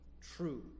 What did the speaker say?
true